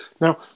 Now